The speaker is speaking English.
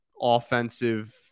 offensive